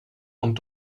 und